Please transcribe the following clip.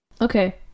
okay